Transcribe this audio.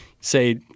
say